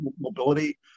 mobility